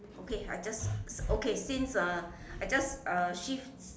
okay I just okay since uh I just uh shift